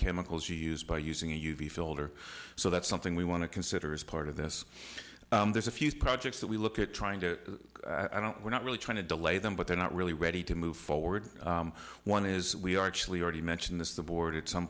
chemicals used by using a u v filter so that's something we want to consider as part of this there's a few projects that we look at trying to i don't we're not really trying to delay them but they're not really ready to move forward one is we are actually already mentioned this is the board at some